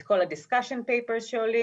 את כל ה-Discussion papers שעולים,